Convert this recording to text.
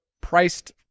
priced